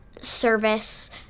service